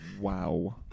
wow